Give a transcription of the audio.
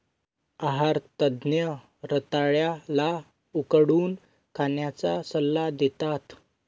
आहार तज्ञ रताळ्या ला उकडून खाण्याचा सल्ला देतात